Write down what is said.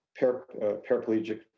paraplegic